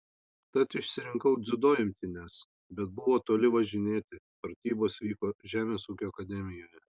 tad išsirinkau dziudo imtynes bet buvo toli važinėti pratybos vyko žemės ūkio akademijoje